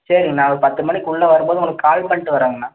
சரிங்கண்ணா ஒரு பத்து மணிக்குள்ளே வரும் போது உங்களுக்கு கால் பண்ணிவிட்டு வரோங்கண்ணா